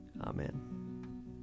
Amen